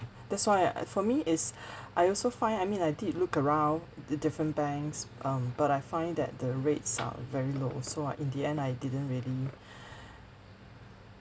that's why I for me is I also find I mean I did look around the different banks um but I find that the rates are very low so uh in the end I didn't really